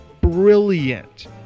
brilliant